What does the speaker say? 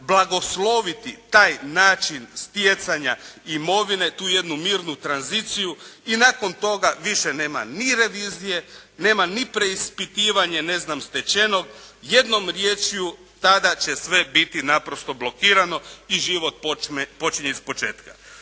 blagosloviti taj način stjecanja imovine, tu jednu mirnu tranziciju i nakon toga više nema revizije, nema ni preispitivanja ne znam stečenog, jednom riječju tada će sve biti naprosto blokirano i život počinje iz početka.